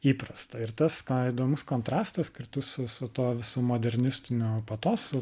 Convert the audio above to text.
įprasta ir tas skaidomas kontrastas kartu su su tuo visu modernistiniu patosu